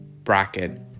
Bracket